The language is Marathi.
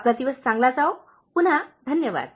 आपला दिवस चांगला जावो पुन्हा धन्यवाद